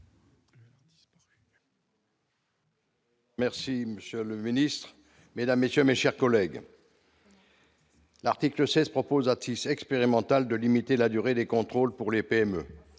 Merci, monsieur le Ministre Mesdames, messieurs, mes chers collègues. L'article 16 propose tisser expérimentale de limiter la durée des contrôles pour les PME,